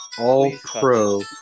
all-pro